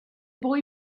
boy